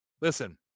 Listen